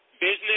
business